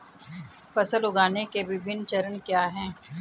फसल उगाने के विभिन्न चरण क्या हैं?